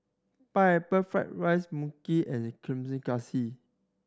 Pineapple Fried rice Mui Kee and Kuih Kaswi